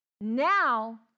Now